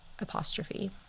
apostrophe